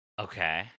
Okay